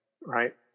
right